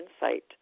insight